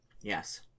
Yes